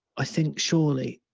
i think surely